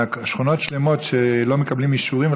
שכונות שלמות שלא מקבלות אישורים,